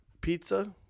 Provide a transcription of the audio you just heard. pizza